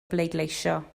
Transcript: bleidleisio